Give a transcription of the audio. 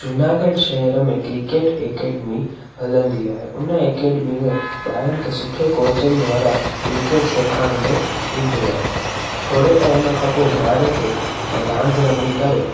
जूनागढ़ शहर में cricket academy हलंदी आहे उन अकेडमी में ॿारनि खे सुठे कोचनि द्वारा क्रिकेट सेखारण में ईंदो आहे थोरे टाइम खां पोइ ॿार खे रांदि रमी करे